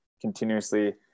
continuously